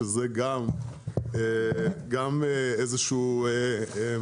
וזה גם איזשהו כלי,